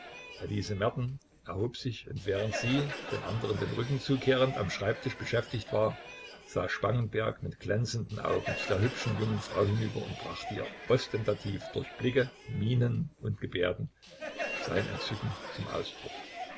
elise merten erhob sich und während sie den andern den rücken zukehrend am schreibtisch beschäftigt war sah spangenberg mit glänzenden augen zu der hübschen jungen frau hinüber und brachte ihr ostentativ durch blicke mienen und gebärden sein entzücken zum ausdruck